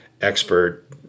expert